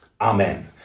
Amen